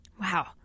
Wow